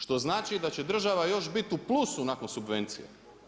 Što znači da će država još biti u plusu nakon subvencije.